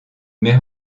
mais